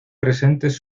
presentes